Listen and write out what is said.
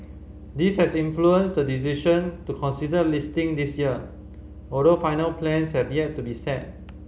this has influenced the decision to consider listing this year although final plans have yet to be set